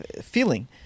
feeling